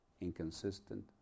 inconsistent